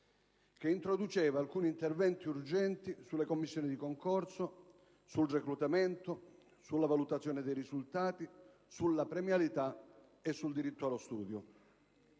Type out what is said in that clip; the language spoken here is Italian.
che introduceva alcuni interventi urgenti sulle commissioni di concorso, sul reclutamento, sulla valutazione dei risultati, sulla premialità e sul diritto allo studio.